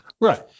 Right